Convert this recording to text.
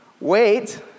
Wait